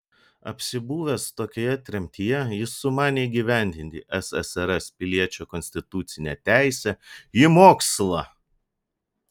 apsibuvęs tokioje tremtyje jis sumanė įgyvendinti ssrs piliečio konstitucinę teisę į mokslą